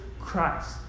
Christ